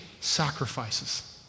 sacrifices